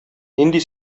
нинди